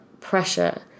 pressure